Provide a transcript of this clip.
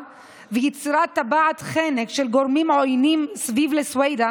ויצירת טבעת חנק של גורמים עוינים סביב לסווידא